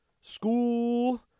School